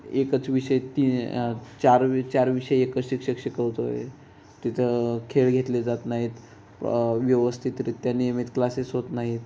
एकच विषय ती चार चार विषय एकच शिक्षक शिकवतो आहे तिथं खेळ घेतले जात नाहीत व्यवस्थितरित्या नियमित क्लासेस होत नाही आहेत